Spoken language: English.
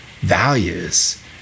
values